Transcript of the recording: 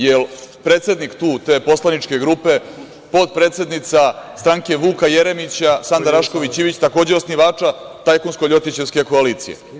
Jel predsednik te poslaničke grupe potpredsednica stranke Vuka Jeremića, Sanda Rašković Ivić, takođe osnivača tajkunsko-ljotićevske koalicije?